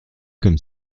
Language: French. comme